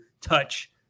touch